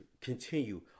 continue